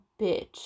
bitch